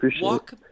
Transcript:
walk